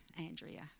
Andrea